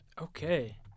Okay